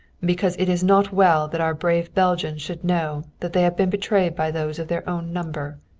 because it is not well that our brave belgians should know that they have been betrayed by those of their own number.